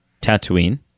tatooine